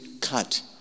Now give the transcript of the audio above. cut